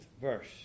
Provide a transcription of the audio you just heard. verse